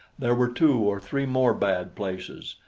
there were two or three more bad places,